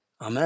Amen